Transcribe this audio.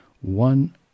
one